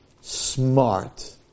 smart